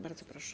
Bardzo proszę.